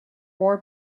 war